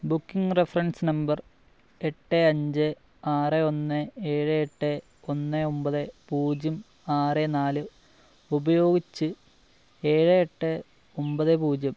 booking reference number എട്ട് അഞ്ച് ആറ് ഒന്ന് ഏഴ് എട്ട് ഒന്ന് ഒൻപത് പൂജ്യം ആറ് നാല് ഉപയോഗിച്ച് ഏഴ് എട്ട് ഒൻപത് പൂജ്യം